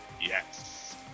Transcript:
yes